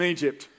Egypt